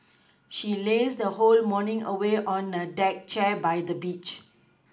she lazed her whole morning away on a deck chair by the beach